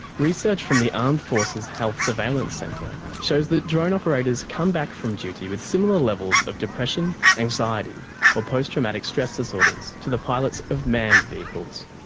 research from the armed forces health surveillance centre shows that drone operators come back from duty with similar levels of depression, anxiety or post-traumatic stress disorders to the pilots of manned vehicles.